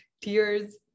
tears